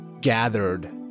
gathered